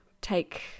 take